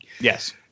Yes